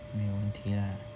没有问题啊